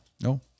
No